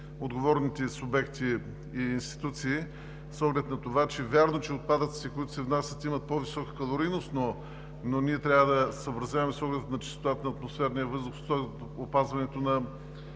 отговорните субекти и институции. Вярно, че отпадъците, които се внасят, имат по-висока калорийност, но трябва да съобразяваме с оглед на чистотата на атмосферния въздух, опазването на